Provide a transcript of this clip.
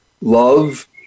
love